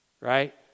right